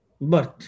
birth